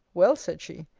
well, said she,